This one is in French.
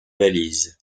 valise